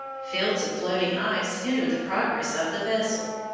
fields of floating ice hindered the progress of the vessel,